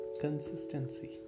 consistency